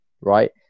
right